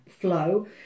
flow